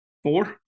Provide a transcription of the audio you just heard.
Four